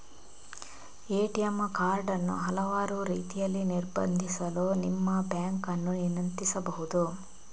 ATM card ಅನ್ನು ಹಲವಾರು ರೀತಿಯಲ್ಲಿ ನಿರ್ಬಂಧಿಸಲು ನಿಮ್ಮ ಬ್ಯಾಂಕ್ ಅನ್ನು ವಿನಂತಿಸಬಹುದು